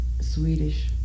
Swedish